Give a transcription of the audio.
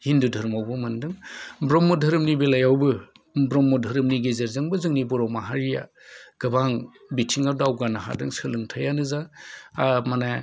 हिन्दु धोरोमावबो मोन्दों ब्रह्म धोरोमनि बेलायावबो ब्रह्म धोरोमनि गेजेरजों जोंनि बर' माहारिया गोबां बिथिंआव दावगानो हादों सोलोंथायानो जा माने